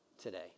today